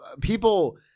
people